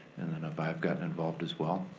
and then i've i've gotten involved as well.